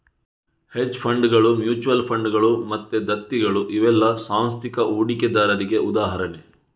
hedge ಫಂಡುಗಳು, mutual ಫಂಡುಗಳು ಮತ್ತೆ ದತ್ತಿಗಳು ಇವೆಲ್ಲ ಸಾಂಸ್ಥಿಕ ಹೂಡಿಕೆದಾರರಿಗೆ ಉದಾಹರಣೆ